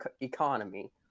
economy